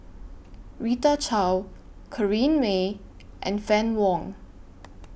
Rita Chao Corrinne May and Fann Wong